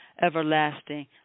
everlasting